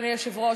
אדוני היושב-ראש,